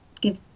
give